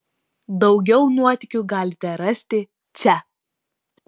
daugiau nuotykių galite rasti čia